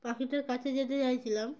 পাখিটার কাছে যেতে চাইছিলাম